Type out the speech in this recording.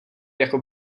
jako